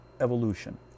evolution